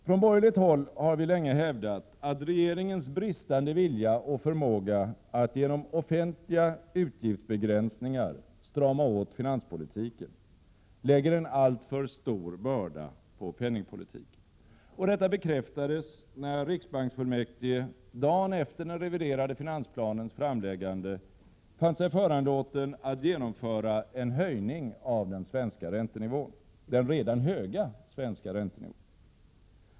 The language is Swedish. Från borgerligt håll har vi länge hävdat att regeringens bristande vilja och förmåga att genom offentliga utgiftsbegränsningar strama åt finanspolitiken lägger en alltför stor börda på penningpolitiken. Detta bekräftades när riksbanksfullmäktige dagen efter den reviderade finansplanens framläggande fann sig föranlåten att genomföra en höjning av den redan höga svenska räntenivån.